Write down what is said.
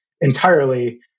entirely